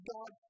God